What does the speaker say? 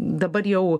dabar jau